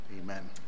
Amen